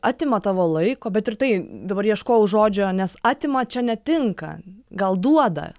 atima tavo laiko bet ir tai dabar ieškojau žodžio nes atima čia netinka gal duoda